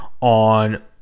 on